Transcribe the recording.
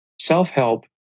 self-help